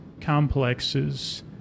complexes